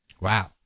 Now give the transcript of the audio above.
Wow